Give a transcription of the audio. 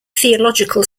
theological